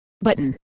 button